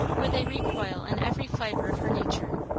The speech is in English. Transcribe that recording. with a recoil in every fibre of her nature,